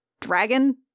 dragon